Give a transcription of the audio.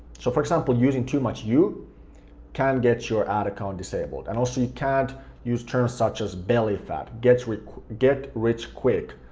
so, for example, using too much you can get your ad account disabled, and also you can't use terms such as belly fat, get rich get rich quick,